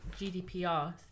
gdpr